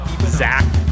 Zach